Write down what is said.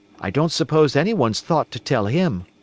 i don't suppose any one's thought to tell him.